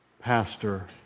pastor